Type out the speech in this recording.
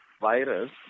virus